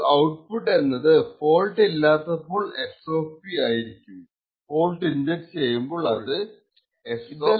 അപ്പോൾ ഔട്പുട്ട് എന്നത് ഫോൾട്ട് ഇല്ലാത്തപ്പോൾ SP ആയിരിക്കും ഫോൾട്ട് ഇൻജെക്ട് ചെയ്യുമ്പോൾ SP f ഉം